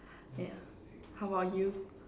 yeah how about you